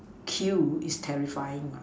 kill is terrifying